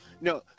No